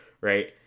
Right